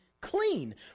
Clean